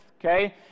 okay